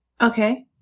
Okay